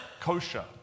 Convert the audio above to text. kosher